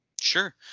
Sure